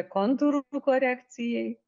kontūrų korekcijai